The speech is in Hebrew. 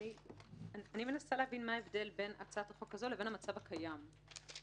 אני מנסה להבין מה ההבדל בין הצעת החוק הזו לבין המצב הקיים כעת?